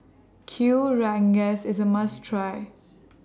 Kuih Rengas IS A must Try